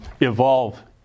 evolve